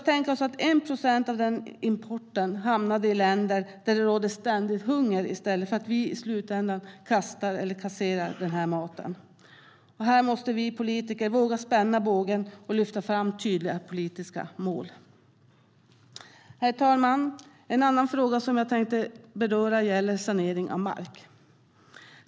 Tänk om bara 1 procent av denna import hamnade i länder där det råder ständig hunger i stället för att vi i slutändan kastar eller kasserar denna mat! Här måste vi politiker våga spänna bågen och lyfta fram tydliga politiska mål. Herr talman! En annan fråga som jag tänkte beröra gäller sanering av mark.